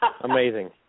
Amazing